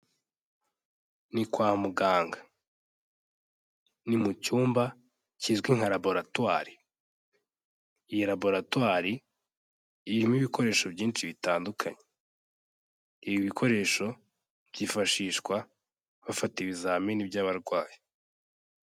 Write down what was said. Ni kwa muganga. Ni mu cyumba kizwi nka Laboratwari. Iyi Laboratwari irimo ibikoresho byinshi bitandukanye. Ibi bikoresho byifashishwa bafata ibizamini by'abarwayi.